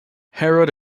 herod